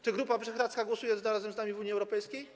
Czy Grupa Wyszehradzka głosuje razem z nami w Unii Europejskiej?